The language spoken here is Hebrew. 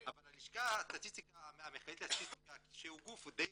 אבל הלשכה המרכזית לסטטיסטיקה שהוא גוף מאוד רציני,